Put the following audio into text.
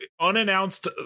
unannounced